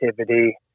activity